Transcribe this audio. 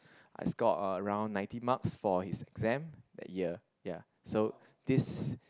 I scored around ninety marks for his exam that year ya so this